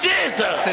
Jesus